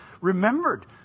remembered